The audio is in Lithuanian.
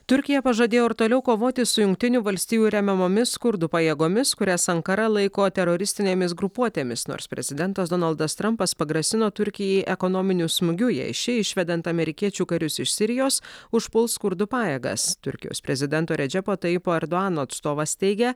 turkija pažadėjo ir toliau kovoti su jungtinių valstijų remiamomis kurdų pajėgomis kurias ankara laiko teroristinėmis grupuotėmis nors prezidentas donaldas trampas pagrasino turkijai ekonominiu smūgiu jei ši išvedant amerikiečių karius iš sirijos užpuls kurdų pajėgas turkijos prezidento redžepo taipo erdoano atstovas teigia